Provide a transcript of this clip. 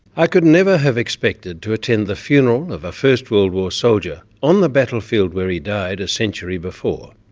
i could never have expected to attend the funeral of a first world war soldier on the battlefield where he died a century before.